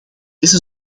deze